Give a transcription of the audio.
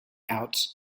out